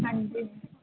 ਹਾਂਜੀ